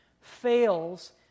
fails